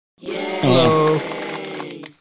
Hello